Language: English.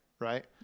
right